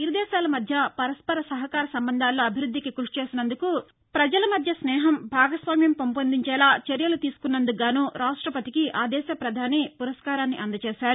ఇరుదేశాల మధ్య పరస్పర సహకార సంబంధాల్లో అభివృద్దికి కృషి చేసినందుకు భ్రజల మధ్య స్నేహం భాగస్వామ్యం పెంపొందేలా చర్యలు తీసుకున్నందుకు గాను రాష్టపతికి ఆ దేశ ప్రధాని పురస్కారాన్ని అందచేశారు